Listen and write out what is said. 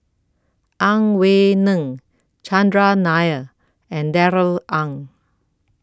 Ang Wei Neng Chandran Nair and Darrell Ang